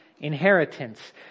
inheritance